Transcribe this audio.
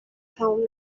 تموم